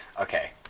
Okay